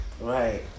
Right